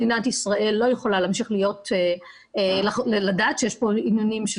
מדינת ישראל לא יכולה להמשיך לדעת שיש פה עניינים של